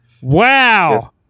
Wow